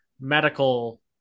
medical